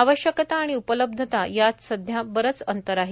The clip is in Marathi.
आवश्यकता आणि उपलब्धता यात सध्या बरंच अंतर आहे